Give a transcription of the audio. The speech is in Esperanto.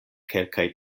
kelkaj